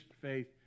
faith